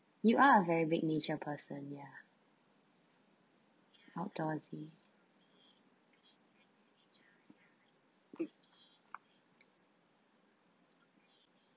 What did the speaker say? you are a very big nature person ya outdoor I see